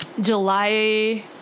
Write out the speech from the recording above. July